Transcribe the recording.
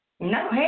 No